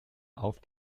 auf